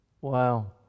wow